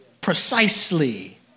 precisely